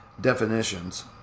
Definitions